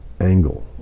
angle